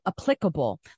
applicable